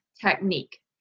technique